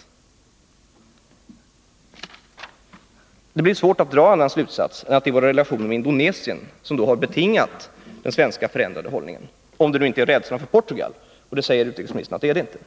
Eftersom ingenting har skett på Timor som skulle motivera en förändrad inställning, blir det svårt att dra annan slutsats än att det är våra relationer med Indonesien som har betingat den svenska förändrade hållningen — om det nu inte är rädsla för Portugal, och det säger utrikesministern att det inte är.